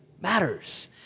matters